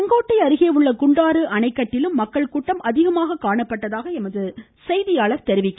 செங்கோட்டை அருகே உள்ள குண்டாறு அணைக்கட்டிலும் மக்கள் கூட்டம் அதிகமாக காணப்பட்டதாக எமது செய்தியாளர் தெரிவிக்கிறார்